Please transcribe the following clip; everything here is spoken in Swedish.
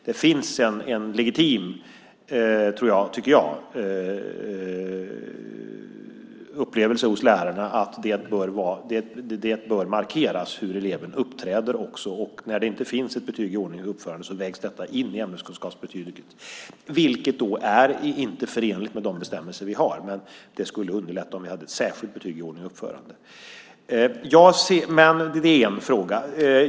Det finns en legitim, tycker jag, upplevelse hos lärarna att det bör markeras också hur eleven uppträder, och när det inte finns ett betyg i ordning och uppförande vägs detta in i ämneskunskapsbetyget, vilket inte är förenligt med de bestämmelser vi har. Det skulle då underlätta om vi hade ett särskilt betyg i ordning och uppförande. Det är en fråga.